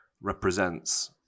represents